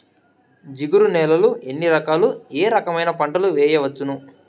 జిగురు నేలలు ఎన్ని రకాలు ఏ రకమైన పంటలు వేయవచ్చును?